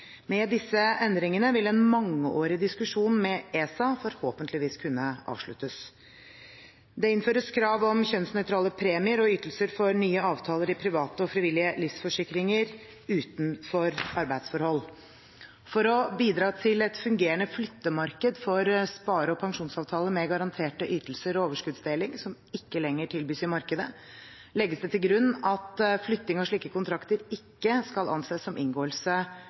Med disse endringene vil en mangeårig diskusjon med ESA forhåpentligvis kunne avsluttes. Det innføres krav om kjønnsnøytrale premier og ytelser for nye avtaler i private og frivillige livsforsikringer utenfor arbeidsforhold. For å bidra til et fungerende flyttemarked for spare- og pensjonsavtaler med garanterte ytelser og overskuddsdeling som ikke lenger tilbys i markedet, legges det til grunn at flytting av slike kontrakter ikke skal anses som inngåelse